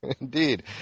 Indeed